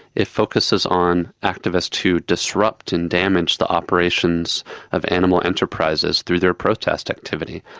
it focuses on activists who disrupt and damage the operations of animal enterprises through their protest activity.